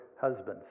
husbands